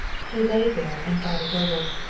he lay there and thought it over,